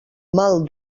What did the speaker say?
mal